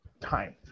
time